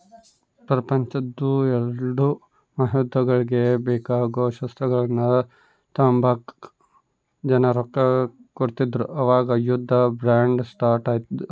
ಪ್ರಪಂಚುದ್ ಎಲ್ಡೂ ಮಹಾಯುದ್ದಗುಳ್ಗೆ ಬೇಕಾಗೋ ಶಸ್ತ್ರಗಳ್ನ ತಾಂಬಕ ಜನ ರೊಕ್ಕ ಕೊಡ್ತಿದ್ರು ಅವಾಗ ಯುದ್ಧ ಬಾಂಡ್ ಸ್ಟಾರ್ಟ್ ಆದ್ವು